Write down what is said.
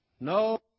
no